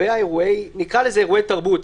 נקרא לזה אירועי תרבות,